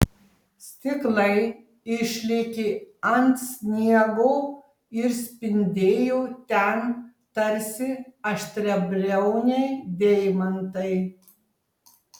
stiklai išlėkė ant sniego ir spindėjo ten tarsi aštriabriauniai deimantai